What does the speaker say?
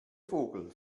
vogel